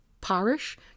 parish